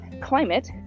climate